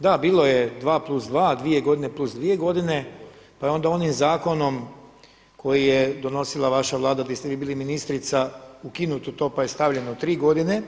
Da, bilo je 2 + 2, dvije godine plus dvije godine, pa je onda onim zakonom koji je donosila vaša Vlada di ste vi bili ministrica ukinuto to pa je stavljeno tri godine.